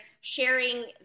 sharing